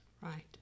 Right